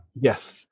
Yes